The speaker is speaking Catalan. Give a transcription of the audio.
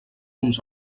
uns